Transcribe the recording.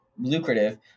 lucrative